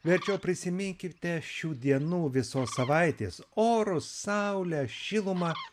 verčiau prisiminkite šių dienų visos savaitės orus saulę šilumą